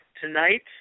tonight